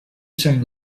some